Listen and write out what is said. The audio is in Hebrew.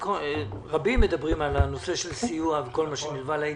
רבים מדברים על הנושא של סיוע וכל מה שנלווה לעניין.